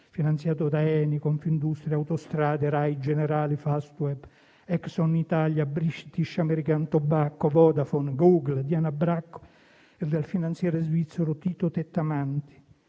finanziato da ENI, Confindustria, Autostrade, Rai, Generali, Fastweb, Exxon Italia, British American Tobacco, Vodafone, Google, Diana Bracco e dal finanziere svizzero Tito Tettamanti,